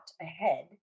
ahead